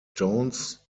jones